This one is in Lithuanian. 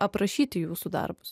aprašyti jūsų darbus